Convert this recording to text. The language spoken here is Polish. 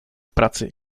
pracy